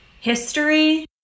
history